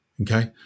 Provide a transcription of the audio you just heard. Okay